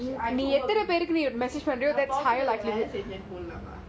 it's the haji lane one I just need to send a text